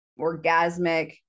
orgasmic